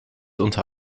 unter